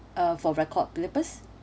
uh for record purpose